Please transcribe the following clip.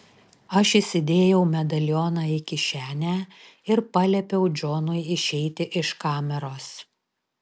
aš įsidėjau medalioną į kišenę ir paliepiau džonui išeiti iš kameros